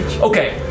Okay